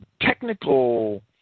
technical –